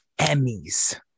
Emmys